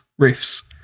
riffs